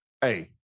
Hey